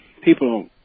people